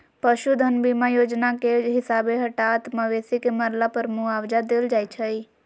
पशु धन बीमा जोजना के हिसाबे हटात मवेशी के मरला पर मुआवजा देल जाइ छइ